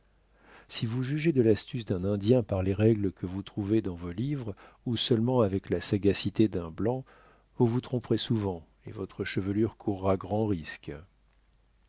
si vous jugez de l'astuce d'un indien par les règles que vous trouvez dans vos livres ou seulement avec la sagacité d'un blanc vous vous tromperez souvent et votre chevelure courra grand risque